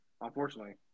Unfortunately